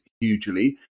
hugely